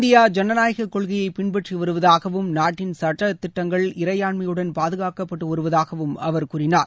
India ஐனநாயக கொளகையைப் பின்பற்றி வருவதாகவும் நாட்டின் சட்ட திட்டங்கள் இறையாண்மையுடன் பாதுகாக்கப்பட்டு வருவதாகவும் அவர் கூறினார்